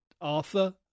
Arthur